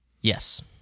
Yes